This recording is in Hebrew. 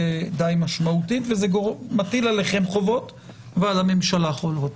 משמעותית וזה מטיל עלכם חובות ועל הממשלה חובות.